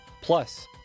Plus